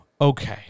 Okay